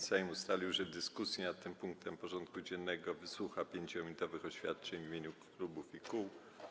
Sejm ustalił, że w dyskusji nad tym punktem porządku dziennego wysłucha 5-minutowych oświadczeń w imieniu klubów i kół.